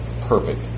perfect